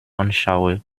anschaue